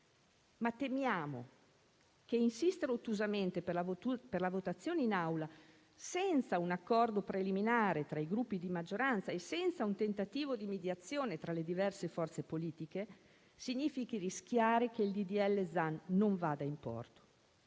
ma temiamo che insistere ottusamente per la votazione in Aula, senza un accordo preliminare tra i Gruppi di maggioranza e senza un tentativo di mediazione tra le diverse forze politiche, significhi rischiare che il disegno di legge non vada in porto.